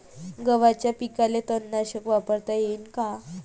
गव्हाच्या पिकाले तननाशक वापरता येईन का?